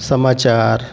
समाचार